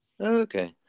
Okay